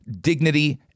dignity